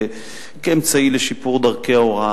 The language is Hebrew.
כאמצעי לשיפור דרכי ההוראה.